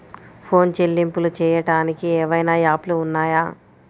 Phone చెల్లింపులు చెయ్యటానికి ఏవైనా యాప్లు ఉన్నాయా?